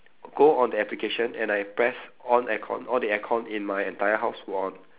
go on the application and I press on air con all the air con in my entire house will on